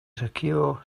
secure